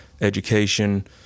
education